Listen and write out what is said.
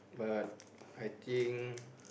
but I think